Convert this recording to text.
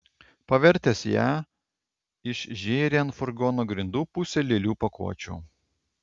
pavertęs ją išžėrė ant furgono grindų pusę lėlių pakuočių